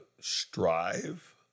strive